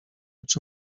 czy